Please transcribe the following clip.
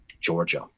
Georgia